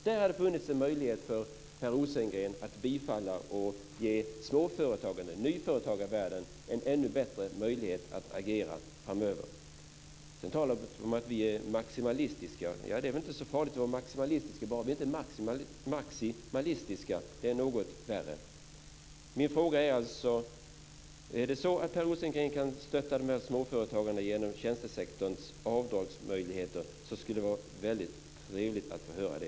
Där hade det funnits en möjlighet för Per Rosengren att bifalla och ge småföretagar och nyföretagarvärlden en ännu bättre möjlighet att agera framöver. Sedan talades det om att vi är maximalistiska. Ja, det är väl inte så farligt att vara maximalistisk, bara vi inte är marximalistiska. Det är något värre. Min fråga är alltså om Per Rosengren kan stötta de små företagen genom tjänstesektorns avdragsmöjligheter. Det skulle vara väldigt trevligt att få höra det.